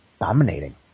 dominating